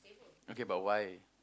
okay but why